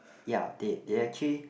ya they they actually